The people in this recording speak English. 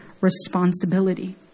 responsibility